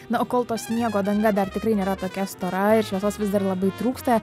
na o kol to sniego danga dar tikrai nėra tokia stora ir šviesos vis dar labai trūksta